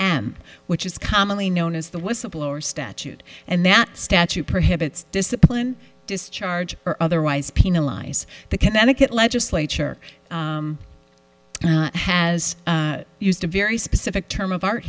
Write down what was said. m which is commonly known as the whistleblower statute and that statute prohibits discipline discharge or otherwise penalize the connecticut legislature has used a very specific term of art